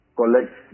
collect